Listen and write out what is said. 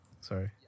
sorry